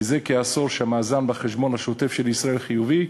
זה כעשור המאזן בחשבון השוטף של ישראל חיובי,